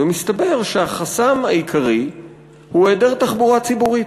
ומסתבר שהחסם העיקרי הוא היעדר תחבורה ציבורית,